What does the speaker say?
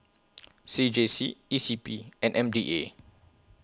C J C E C P and M D A